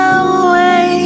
away